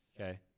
okay